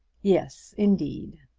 yes, indeed.